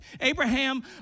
Abraham